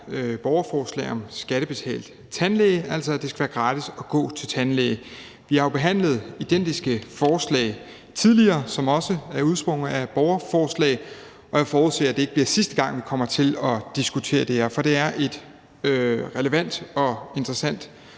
borgerforslag om skattebetalt tandlæge, altså at det skal være gratis at gå til tandlæge. Vi har jo behandlet identiske forslag tidligere, som også er udsprunget af borgerforslag, og jeg forudser, at det ikke bliver sidste gang, vi kommer til at diskutere det her, for det er et relevant og interessant